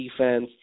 defense